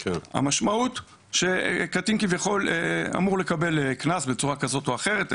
המשמעות שקטין כביכול אמור לקבל קנס בצורה כזו או אחרת.